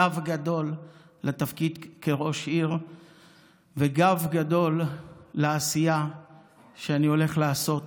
גב גדול לתפקיד כראש עיר וגב גדול לעשייה שאני הולך לעשות.